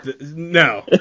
No